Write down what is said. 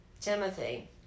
Timothy